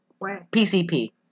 PCP